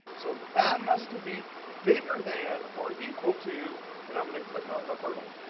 so that has to be bigger than or equal to and i'm going to click on the hurdle.